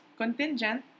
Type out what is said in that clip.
contingent